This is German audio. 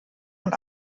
und